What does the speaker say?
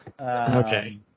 Okay